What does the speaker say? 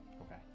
Okay